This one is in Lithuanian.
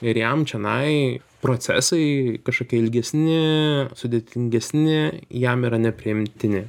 ir jam čionai procesai kažkokie ilgesni sudėtingesni jam yra nepriimtini